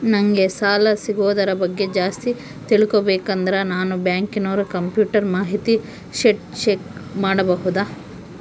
ನಂಗೆ ಸಾಲ ಸಿಗೋದರ ಬಗ್ಗೆ ಜಾಸ್ತಿ ತಿಳಕೋಬೇಕಂದ್ರ ನಾನು ಬ್ಯಾಂಕಿನೋರ ಕಂಪ್ಯೂಟರ್ ಮಾಹಿತಿ ಶೇಟ್ ಚೆಕ್ ಮಾಡಬಹುದಾ?